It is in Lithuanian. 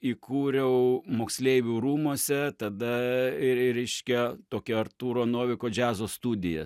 įkūriau moksleivių rūmuose tada ir reiškia tokią artūro noviko džiazo studiją